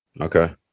Okay